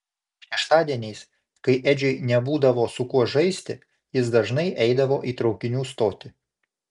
šeštadieniais kai edžiui nebūdavo su kuo žaisti jis dažnai eidavo į traukinių stotį